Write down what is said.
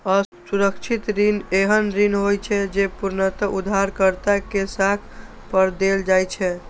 असुरक्षित ऋण एहन ऋण होइ छै, जे पूर्णतः उधारकर्ता के साख पर देल जाइ छै